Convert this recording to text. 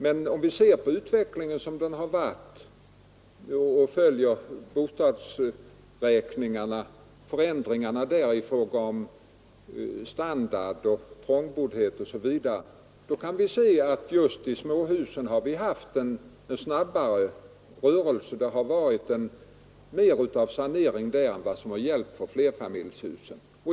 Men om vi ser på utvecklingen och följer bostadsräkningarna och noterar förändringarna där i fråga om standard, trångboddhet osv., kan vi se att det just i småhusen har varit en snabbare takt i upprustningen. Det har varit en mer omfattande sanering där än vad som har gällt för flerfamiljshusen.